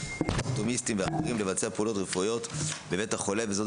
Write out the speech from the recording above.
פבלוטומיסטים ואחרים לבצע פעולות רפואיות בבית החולה וזאת